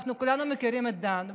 כולנו מכירים את דן,